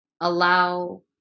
allow